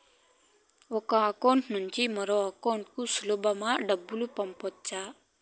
ఒక అకౌంట్ నుండి మరొక అకౌంట్ కు సులభమా డబ్బులు పంపొచ్చా